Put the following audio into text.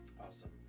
Awesome